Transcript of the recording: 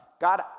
God